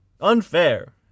Unfair